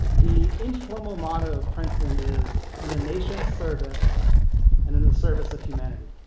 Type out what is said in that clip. the informal motto of princeton is, in the nation's service and in the service of humanity.